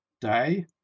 Day